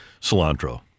cilantro